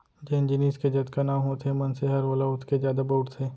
जेन जिनिस के जतका नांव होथे मनसे हर ओला ओतके जादा बउरथे